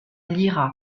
lyra